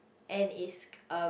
and is um